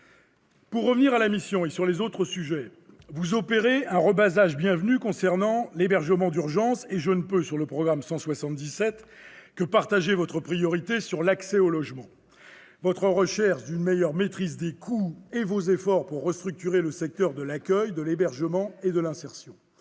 Pour revenir à la mission, vous opérez un rebasage bienvenu concernant l'hébergement d'urgence et je ne peux, sur le programme 177, que partager votre priorité donnée à l'accès au logement, votre recherche d'une meilleure maîtrise des coûts et vos efforts pour restructurer le secteur de l'accueil, de l'hébergement et de l'insertion.